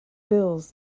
bills